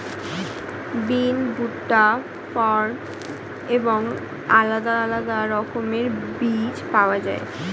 বিন, ভুট্টা, ফার্ন এবং আলাদা আলাদা রকমের বীজ পাওয়া যায়